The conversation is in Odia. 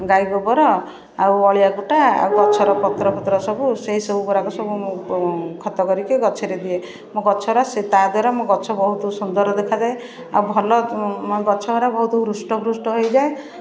ଗାଈ ଗୋବର ଆଉ ଅଳିଆ କୁଟା ଆଉ ଗଛର ପତ୍ର ଫତ୍ର ସବୁ ସେହି ସବୁ ଗୁଡ଼ାକ ସବୁ ମୁଁ ଖତ କରିକି ଗଛରେ ଦିଏ ମୋ ଗଛଗୁରା ତା ଦ୍ୱାରା ମୋ ଗଛ ବହୁ ସୁନ୍ଦର ଦେଖାଯାଏ ଆଉ ଭଲ ମାନେ ଗଛଗୁରା ବହୁତ ହୃଷ୍ଟ ପୃଷ୍ଟ ହେଇଯାଏ